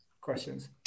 questions